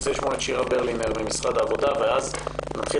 ארצה לשמוע את שירה ברלינר ממשרד העבודה ואז נתחיל